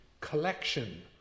collection